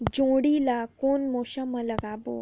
जोणी ला कोन मौसम मा लगाबो?